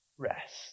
Rest